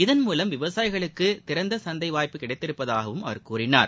இதன்மூலம் விவசாயிகளுக்கு திறந்த சந்தை வாய்ப்பு கிடைத்துள்ளதாகவும் அவர் கூறினார்